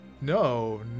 No